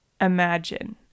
imagine